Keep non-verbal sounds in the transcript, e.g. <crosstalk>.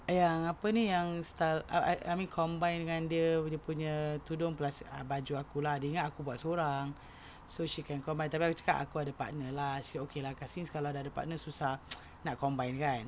yang apa ni yang style uh uh I mean combine dengan dia punya tudung plus baju aku lah dia ingat aku buat sorang so she can combine tapi aku cakap aku ada partner lah she okay lah since kau dah ada partner susah <noise> nak combine kan